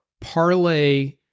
parlay